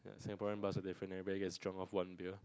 Singaporean bars are different everyone gets drunk off one beer